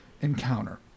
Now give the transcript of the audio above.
encounter